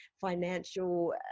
financial